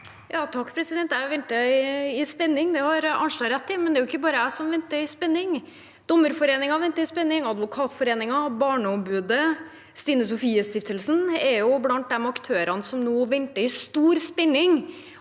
(H) Jeg venter i spenning, det har Arnstad rett i, men det er jo ikke bare jeg som venter i spenning. Dommerforeningen venter i spenning. Advokatforeningen, Barneombudet og Stine Sofies Stiftelse er blant de aktørene som nå venter i stor spenning